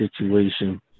situation